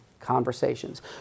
conversations